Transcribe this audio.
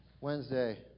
Wednesday